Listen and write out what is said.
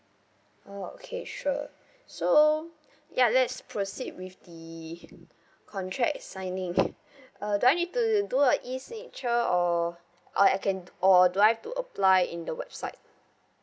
oh okay sure so ya let's proceed with the contract signing uh do I need to do a E signature or or I can or do I have to apply in the website